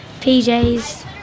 PJ's